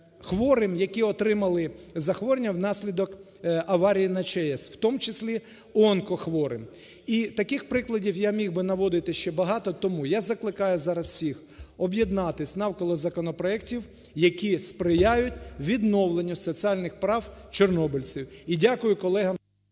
хворим, які отримали захворювання внаслідок аварії на ЧАЕС, в тому числі, онкохворим. І таких прикладів, я міг би наводити ще багато, тому я закликаю зараз всіх об'єднатись навколо законопроектів, які сприяють відновленню соціальних прав чорнобильців. І дякую колегам…